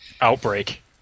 Outbreak